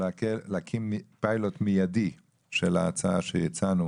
ולהקים באופן מיידי פיילוט של ההצעה שהצענו